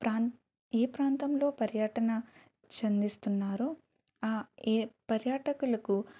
ప్రాంత్ ఏ ప్రాంతం లో పర్యటన చెందిస్తున్నారో ఏ పర్యాటకులకు